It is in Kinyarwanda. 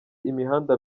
imihanda